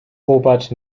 robert